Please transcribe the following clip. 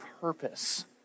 purpose